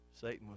Satan